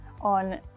on